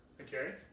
Okay